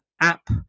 app